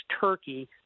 Turkey